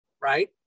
Right